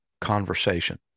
conversation